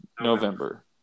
November